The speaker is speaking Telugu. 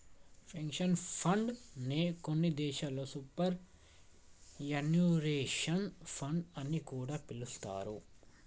పెన్షన్ ఫండ్ నే కొన్ని దేశాల్లో సూపర్ యాన్యుయేషన్ ఫండ్ అని కూడా పిలుత్తారు